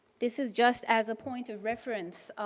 this is just as a point of reference